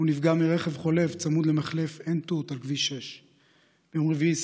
הוא נפגע מרכב חולף צמוד למחלף עין תות על כביש 6. ביום רביעי,